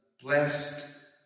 blessed